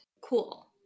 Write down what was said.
Cool